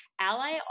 Ally